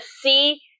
See